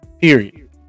Period